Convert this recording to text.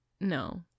no